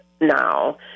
now